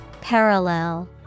Parallel